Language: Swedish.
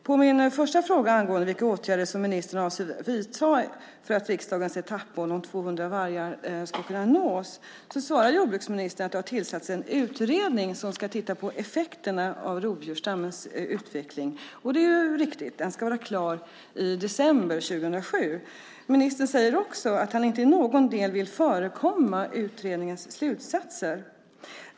På min första fråga angående vilka åtgärder som ministern avser att vidta för att riksdagens etappmål om 200 vargar ska kunna nås svarar jordbruksministern att det har tillsatts en utredning som ska titta på effekterna av rovdjursstammens utveckling. Det är riktigt. Den ska vara klar i december 2007. Ministern säger också att han inte i någon del vill förekomma utredningens slutsatser.